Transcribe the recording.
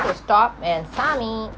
to stop and submit